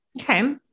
Okay